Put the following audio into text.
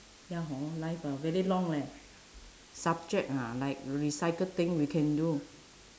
ya hor life ah very long leh subject ah like recycle thing we can do